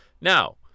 Now